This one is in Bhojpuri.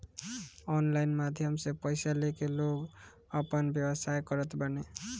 ऑनलाइन माध्यम से पईसा लेके लोग आपन व्यवसाय करत बाने